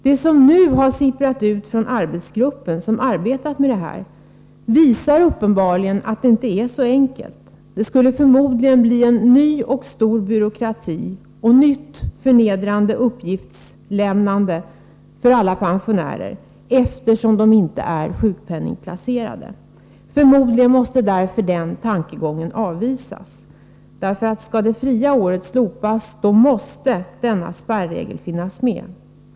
Det som nu sipprat ut från den arbetsgrupp som arbetat med dessa frågor visar uppenbarligen att det inte är så enkelt. Det skulle förmodligen medföra en ny och omfattande byråkrati samt ett förnedrande uppgiftslämnande för alla pensionärer, eftersom de inte är sjukpenningplacerade. Sannolikt måste den tanken således avvisas. Om systemet med det fria året slopas, måste nämnda spärregel som sagt finnas.